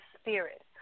spirit